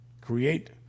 create